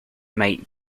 might